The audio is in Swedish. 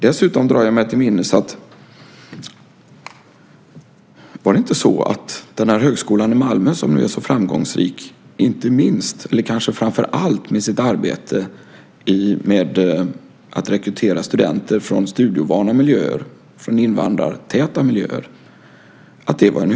Jag drar mig till minnes att Folkpartiet var emot inrättandet av Högskolan i Malmö, som nu är så framgångsrik, framför allt med sitt arbete med att rekrytera studenter från studieovana miljöer, från invandrartäta miljöer.